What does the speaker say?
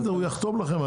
זה ייחתם.